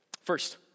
First